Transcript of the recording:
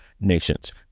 Nations